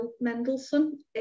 Mendelssohn